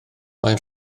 mae